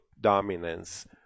dominance